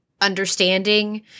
understanding